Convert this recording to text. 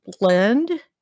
blend